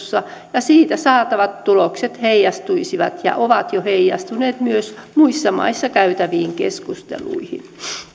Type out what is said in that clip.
ja siitä saatavat tulokset heijastuisivat ja ovat jo heijastuneet myös muissa maissa käytäviin keskusteluihin arvoisa